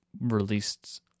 released